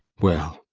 well,